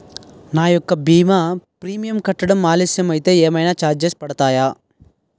నా యెక్క భీమా ప్రీమియం కట్టడం ఆలస్యం అయితే ఏమైనా చార్జెస్ పడతాయా?